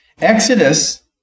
Exodus